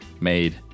made